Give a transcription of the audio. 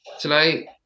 tonight